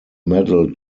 medal